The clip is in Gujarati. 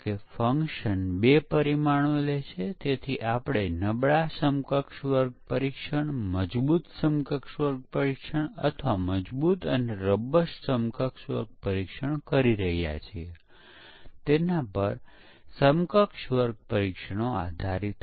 અને મંકી પરીક્ષણ દ્વારા કોઈ વધુ સોફ્ટવેર પરીક્ષણ કરવામાં આવતું નથી મંકી પરીક્ષણ એ ફક્ત રેન્ડમ મૂલ્યોને ઇનપુટ આપે છે અને તે જોશે કે સોફ્ટવેર કાર્ય કરે છે કે નહીં